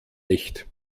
nicht